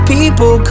People